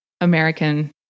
American